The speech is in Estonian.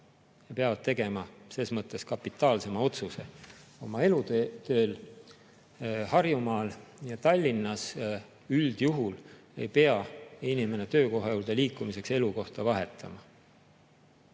peavad tegema ses mõttes kapitaalsema otsuse oma eluteel. Harjumaal ja Tallinnas üldjuhul ei pea inimene töökoha juurde liikumiseks elukohta vahetama.